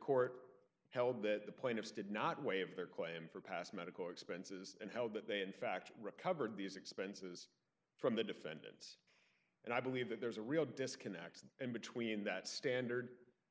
court held that the plaintiffs did not waive their claim for past medical expenses and held that they in fact recovered these expenses from the defendants and i believe that there's a real disconnect between that standard